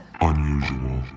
unusual